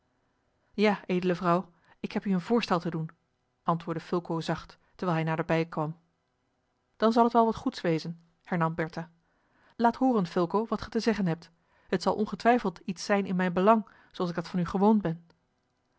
ja edele vrouw ik heb u een voorstel te doen antwoordde fulco zacht terwijl hij naderbij kwam dan zal het wel wat goeds wezen hernam bertha laat hooren fulco wat ge te zeggen hebt het zal ongetwijfeld iets zijn in mijn belang zooals ik dat van u gewoon ben